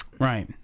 Right